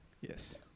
yes